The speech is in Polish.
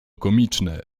komiczne